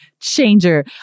Changer